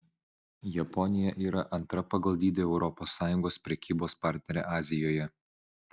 japonija yra antra pagal dydį europos sąjungos prekybos partnerė azijoje